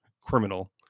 criminal